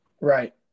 right